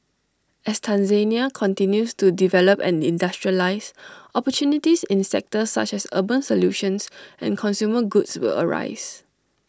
as Tanzania continues to develop and industrialise opportunities in sectors such as urban solutions and consumer goods will arise